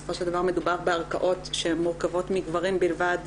בסופו של דבר מדובר בערכאות שמורכבות מגברים בלבד,